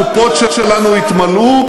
הקופות שלנו התמלאו,